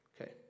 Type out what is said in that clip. Okay